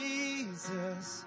Jesus